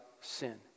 sin